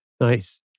Nice